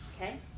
Okay